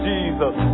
Jesus